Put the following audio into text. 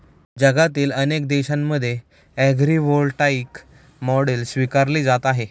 जगातील अनेक देशांमध्ये ॲग्रीव्होल्टाईक मॉडेल स्वीकारली जात आहे